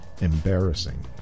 embarrassing